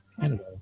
Canada